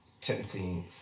technically